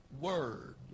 Word